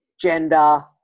gender